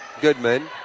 Goodman